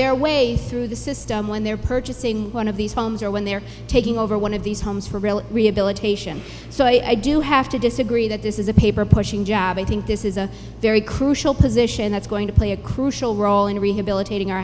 their way through the system when they're purchasing one of these homes or when they're taking over one of these homes for real rehabilitation so i do have to disagree that this is a paper pushing job i think this is a very crucial position that's going to play a crucial role in rehabilitating our